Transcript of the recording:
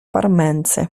parmense